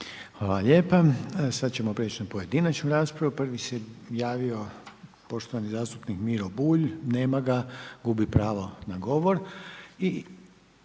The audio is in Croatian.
vam lijepa. Sad ćemo prijeći na pojedinačnu raspravu. Prvi se javio poštovani zastupnik Miro Bulj. Nema ga, gubi pravo na govor.